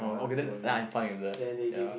oh okay then I'm fine with that ya